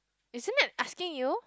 is it I'm asking you